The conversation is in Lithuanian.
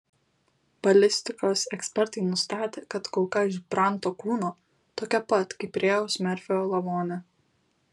balistikos ekspertai nustatė kad kulka iš branto kūno tokia pat kaip rėjaus merfio lavone